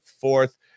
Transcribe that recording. fourth